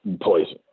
poison